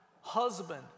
husband